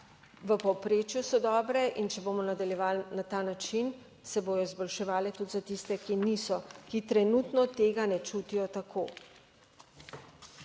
v povprečju so dobre. In če bomo nadaljevali na ta način, se bodo izboljševale tudi za tiste, ki niso, ki trenutno tega ne čutijo tako.